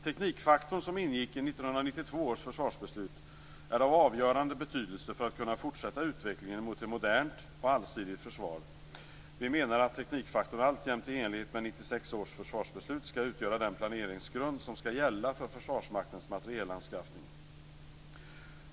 Teknikfaktorn som ingick i 1992 års försvarsbeslut är av avgörande betydelse för att kunna fortsätta utvecklingen mot ett modernt och allsidigt försvar. Vi menar att teknikfaktorn alltjämt i enlighet med 1996 års försvarsbeslut skall utgöra den planeringsgrund som ska gälla för Försvarsmaktens materielanskaffning.